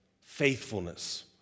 faithfulness